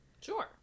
Sure